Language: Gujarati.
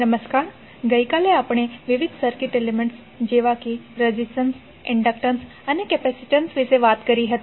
નમસ્કાર ગઈકાલે આપણે વિવિધ સર્કિટ એલિમેન્ટ્સ જેવા કે રેઝિસ્ટન્સ ઇન્ડક્ટન્સ અને કેપેસિટન્સ વિશે વાત કરી હતી